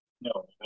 No